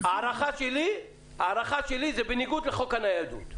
ההערכה שלי היא שזה בניגוד לחוק הניידות.